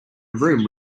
room